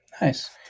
Nice